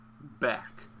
back